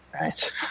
Right